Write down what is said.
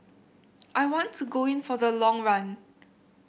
I want to go in for the long run